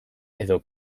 edo